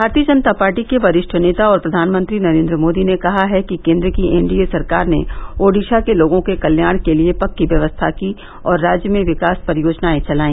भारतीय जनता पार्टी के वरिष्ठ नेता और प्रधानमंत्री नरेन्द्र मोदी ने कहा है कि केन्द्र की एनडीए सरकार ने ओडिशा के लोगो के कल्याण के लिये पक्की व्यवस्था की और राज्य में विकास परियोजनाए चलाई